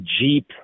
jeep